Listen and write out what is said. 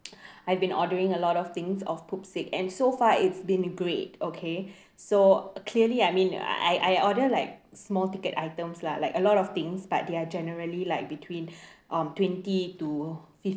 I've been ordering a lot of things off Pupsik and so far it's been great okay so clearly I mean I I order like small ticket items lah like a lot of things but they are generally like between um twenty to